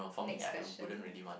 next question